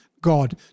God